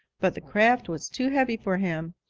but the craft was too heavy for him,